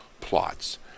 plots